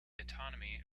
autonomy